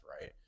right